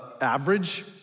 average